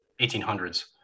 1800s